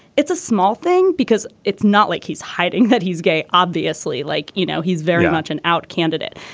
it's a small thing because it's not like he's hiding that he's gay obviously like you know he's very much an out candidate.